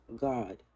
God